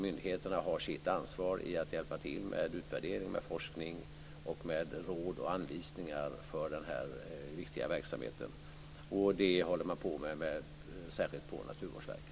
Myndigheterna har sitt ansvar i att hjälpa till med utvärdering, forskning, råd och anvisningar för den här viktiga verksamheten. Det håller man särskilt på med på Naturvårdsverket.